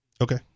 Okay